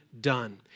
done